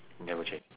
never change